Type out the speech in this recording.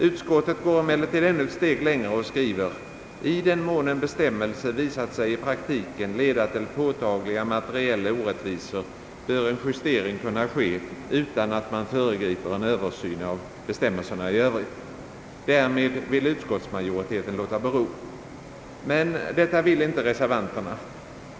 Utskottet går emellertid ännu ett steg längre och skriver: »I den mån en bestämmelse visat sig i praktiken leda till påtagliga materiella orättvisor bör en justering kunna ske utan att man föregriper en översyn av bestämmelserna i Övrigt.» Därmed vill utskottsmajoriteten låta bero. Men det vill inte reservanterna.